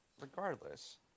regardless